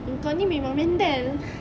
kau ni memang mentel